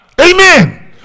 amen